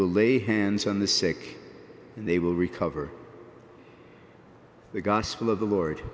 will lay hands on the sick and they will recover the gospel of the lord